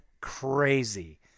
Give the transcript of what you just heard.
crazy